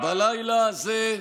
שתוק.